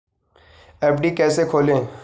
FD कैसे खोलें?